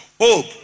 Hope